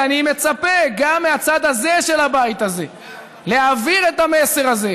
ואני מצפה גם מהצד הזה של הבית הזה להעביר את המסר הזה,